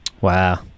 Wow